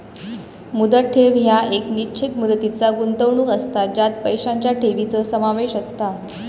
मुदत ठेव ह्या एक निश्चित मुदतीचा गुंतवणूक असता ज्यात पैशांचा ठेवीचो समावेश असता